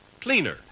cleaner